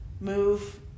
move